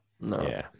No